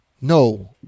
No